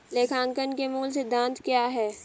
लेखांकन के मूल सिद्धांत क्या हैं?